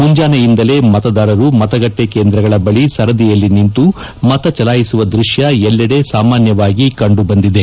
ಮುಂಜಾನೆಯಿಂದಲೇ ಮತದಾರರು ಮತಗಟ್ಟೆ ಕೇಂದ್ರಗಳ ಬಳಿ ಸರದಿಯಲ್ಲಿ ನಿಂತು ಮತಚಲಾಯಿಸುವ ದೃಶ್ಯ ಎಲ್ಲೆಡೆ ಸಾಮಾನ್ಯವಾಗಿ ಕಂಡುಬಂದಿದೆ